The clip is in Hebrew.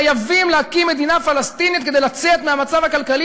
חייבים להקים מדינה פלסטינית כדי לצאת מהמצב הכלכלי